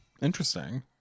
Interesting